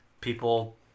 people